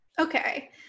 okay